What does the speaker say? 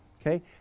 okay